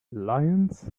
lions